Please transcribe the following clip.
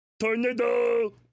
tornado